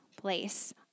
place